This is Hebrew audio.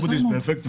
nobody is perfect,